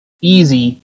easy